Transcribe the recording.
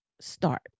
start